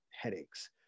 headaches